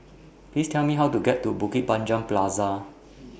Please Tell Me How to get to Bukit Panjang Plaza